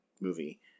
movie